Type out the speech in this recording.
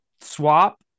swap